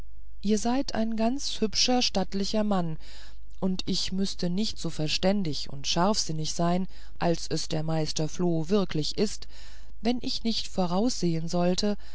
ihr seid ein ganz hübscher stattlicher mann und ich müßte nicht so verständig und scharfsichtig sein als es der meister floh wirklich ist wenn ich nicht voraussehen sollte